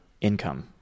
income